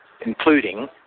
Including